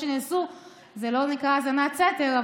זה לא נקרא האזנת סתר,